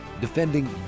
Defending